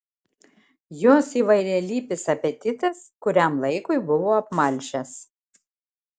jos įvairialypis apetitas kuriam laikui buvo apmalšęs